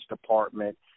department